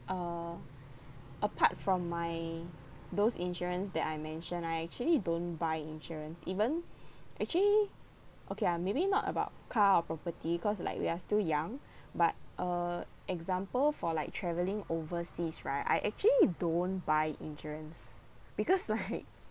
uh apart from my those insurance that I mentioned I actually don't buy insurance even actually okay ah maybe not about car or property cause like we are still young but uh example for like travelling overseas right I actually don't buy insurance because like